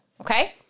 Okay